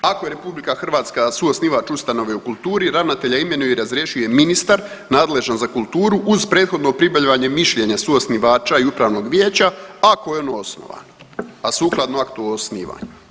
Ako je RH suosnivač ustanove u kulturi ravnatelja imenuje i razrješuje ministar nadležan za kulturu uz prethodno pribavljanje mišljenja suosnivača i upravnog vijeća ako je ono osnovano, a sukladno aktu o osnivanju.